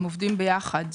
הם עובדים יחד.